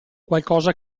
qualcosa